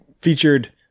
Featured